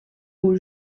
aux